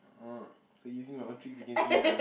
uh so using your own tricks against me ah